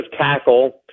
tackle